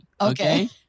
Okay